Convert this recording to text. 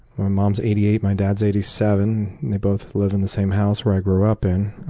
my mom's eighty eight, my dad's eighty seven. they both live in the same house where i grew up in.